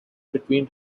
between